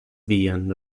vian